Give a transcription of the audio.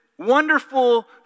Wonderful